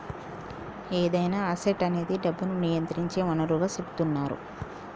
ఏదైనా అసెట్ అనేది డబ్బును నియంత్రించే వనరుగా సెపుతున్నరు